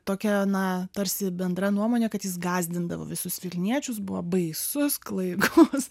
tokia na tarsi bendra nuomonė kad jis gąsdindavo visus vilniečius buvo baisus klaikus